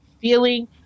feeling